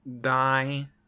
die